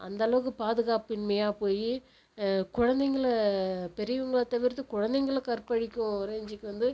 அந்த அளவுக்கு பாதுகாப்பின்மையாக போய் குழந்தைங்களை பெரியவங்களை தவிர்த்து குழந்தைங்களை கற்பழிக்கும் ரேஞ்சிக்கு வந்து